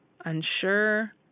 unsure